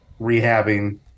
rehabbing